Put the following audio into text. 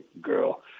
girl